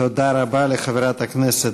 תודה רבה לחברת הכנסת